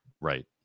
Right